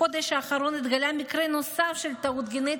בחודש האחרון התגלה מקרה נוסף של טעות גנטית,